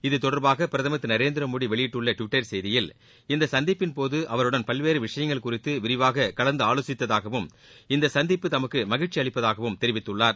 இத்தொடர்பாக பிரதமர் திரு நரேந்திரமோடி வெளியிட்டுள்ள டுவிட்டர் செய்தியில் இந்த சந்திப்பின்போது அவருடன் பல்வேறு விஷயங்கள் குறித்து விரிவாக கலந்தாலோசித்ததாகவும் இந்த சந்திப்பு தமக்கு மகிழ்ச்சி அளிப்பதாகவும் தெரிவித்துள்ளார்